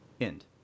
end